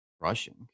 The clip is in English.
rushing